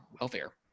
welfare